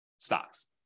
stocks